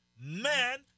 Man